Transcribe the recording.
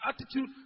attitude